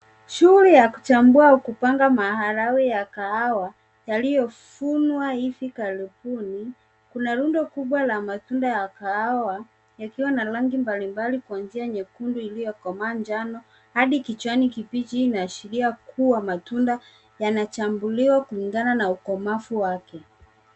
Shughli ya kuchambua au kupanga maharagwe ya kahawa yaliyovunwa hivi karibuni. Kuna rundo ya matunda ya kahawa yakiwa na rangi mbali mbali kuanzia nyekundu iliyokomaa njano hadi kijani kibichi inashiria kuwa matunda yanachambuliwa kuligana na ukomavu wake.